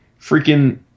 freaking